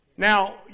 Now